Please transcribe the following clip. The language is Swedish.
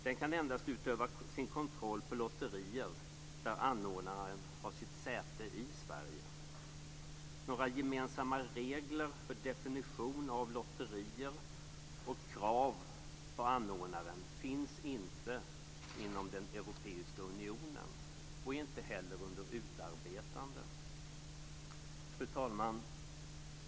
Den kan endast utöva sin kontroll på lotterier där anordnaren har sitt säte i Sverige. Några gemensamma regler för definition av lotterier och krav på anordnaren finns inte inom den europeiska unionen och är inte heller under utarbetande. Fru talman!